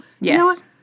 Yes